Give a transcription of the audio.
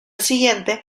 siguiente